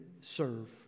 serve